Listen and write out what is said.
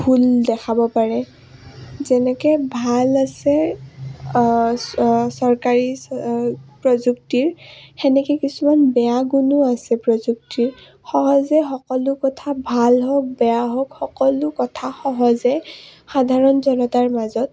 ভুল দেখাব পাৰে যেনেকৈ ভাল আছে চৰকাৰী প্ৰযুক্তিৰ সেনেকৈ কিছুমান বেয়া গুণো আছে প্ৰযুক্তিৰ সহজে সকলো কথা ভাল হওক বেয়া হওক সকলো কথা সহজে সাধাৰণ জনতাৰ মাজত